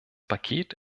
paket